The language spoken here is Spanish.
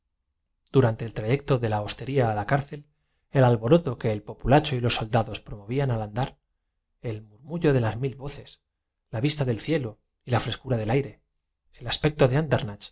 escucha trayecto de la hostería a la cárcel el alboroto que el populacho y los ban con cierta avidez el asentista se puso de codos en la mesa apoyó soldados promovían al andar el murmullo de las mil voces la vista del la cabeza en la mano derecha y miró fijamente al narrador sin que cielo y la frescura del aire el